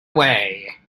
way